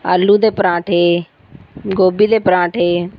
ਆਲੂ ਦੇ ਪਰਾਂਠੇ ਗੋਭੀ ਦੇ ਪਰਾਂਠੇ